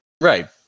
Right